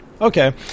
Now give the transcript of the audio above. Okay